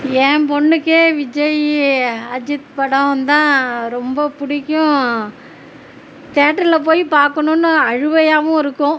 M பெண்ணுக்கு விஜய் அஜித் படம் தான் ரொம்ப பிடிக்கும் தேட்டரில் போய் பார்க்கணுனு அழுவையாகவும் இருக்கும்